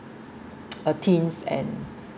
a teens and